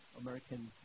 American